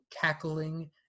cackling